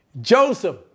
Joseph